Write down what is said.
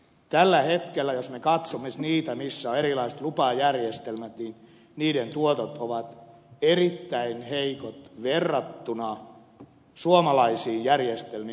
tällä hetkellä jos me katsomme niitä missä on erilaiset lupajärjestelmät niiden tuotot ovat erittäin heikot verrattuna suomalaisiin järjestelmiin